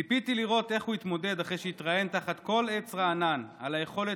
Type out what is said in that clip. ציפיתי לראות איך הוא יתמודד אחרי שהתראיין תחת כל עץ רענן על היכולת